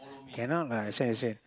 cannot lah that's why I said